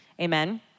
Amen